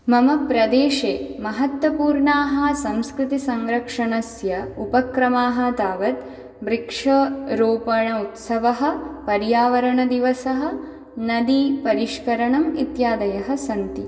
मम प्रदेशे महत्वपूर्णाः संस्कृतिसंरक्षणस्य उपक्रमः तावत् वृक्षरोपण उत्सवः पर्यावरणदिवसः नदी परिष्करणम् इत्यादयः सन्ति